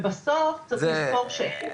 בסוף צריך לזכור שאין וואקום,